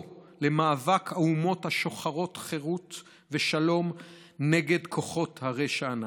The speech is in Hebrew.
למאבק האומות שוחרות החירות והשלום נגד כוחות הרע הנאצי,